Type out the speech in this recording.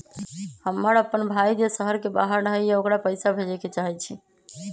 हमर अपन भाई जे शहर के बाहर रहई अ ओकरा पइसा भेजे के चाहई छी